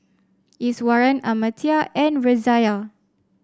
Iswaran Amartya and Razia